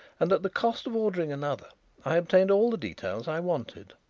and at the cost of ordering another i obtained all the details i wanted.